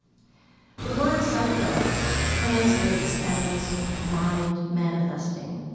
the word psychedelic translates as mind manifesting.